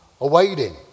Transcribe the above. awaiting